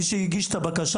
מי שהגיש את הבקשה,